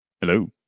Hello